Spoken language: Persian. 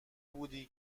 بودی